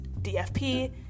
DFP